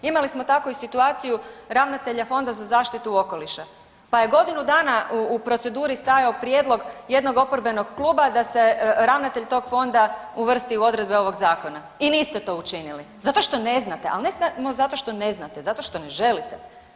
Imali smo tako i situaciju ravnatelja Fonda za zaštitu okoliša pa je godinu dana u proceduri stajao prijedlog jednog oporbenog kluba da se ravnatelj tog fonda uvrsti u odredbe ovog zakona i niste to učinili zato što ne znate, al ne samo zato što ne znate, zato što ne želite.